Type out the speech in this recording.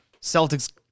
Celtics